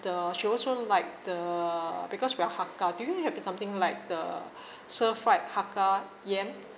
the she also would like the because we are hakka do you have something like the stir fried hakka yam